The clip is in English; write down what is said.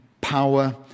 power